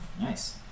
Nice